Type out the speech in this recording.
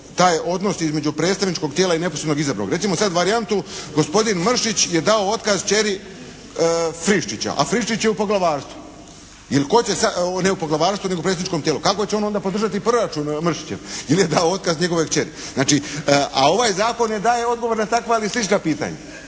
taj odnos između predstavničkog tijela i neposredno izabranog. Recimo sad varijantu gospodin Mršić je dao otkaz kćeri Friščića, a Friščić je u Poglavarstvu. I tko će sad, ne u Poglavarstvu nego u predstavničkom tijelu, kako će onda on podržati proračun Mršićev, jer je dao otkaz njegovoj kćeri. Znači, a ovaj zakon ne daje odgovor na takva ili slična pitanja.